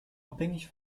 abhängig